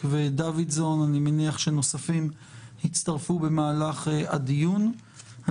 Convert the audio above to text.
אני מברך את הממשלה,